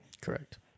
Correct